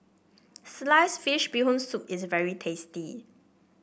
Sliced Fish Bee Hoon Soup is very tasty